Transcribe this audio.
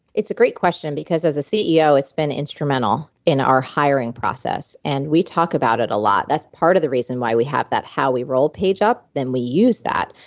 it's a great question because as a ceo it's been instrumental in our hiring process and we talk about it a lot. that's part of the reason why we have that how we roll page up and we use that.